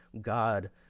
God